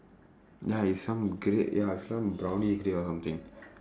ya it's some grey ya some brownish grey or something